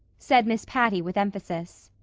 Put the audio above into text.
said miss patty with emphasis.